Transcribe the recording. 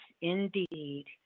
indeed